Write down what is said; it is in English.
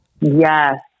Yes